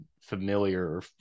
familiar